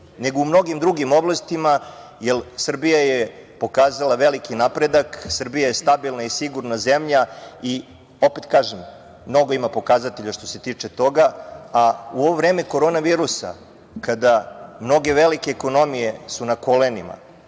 nego u mnogim drugim oblastima, jer Srbija je pokazala veliki napredak. Srbija je stabilna i sigurna zemlja. Opet kažem, mnogo ima pokazatelja što se tiče toga, a u ovo vreme korona virusa, kada mnoge velike ekonomije su na kolenima,